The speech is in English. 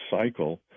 cycle